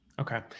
Okay